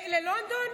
ללונדון,